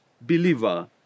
believer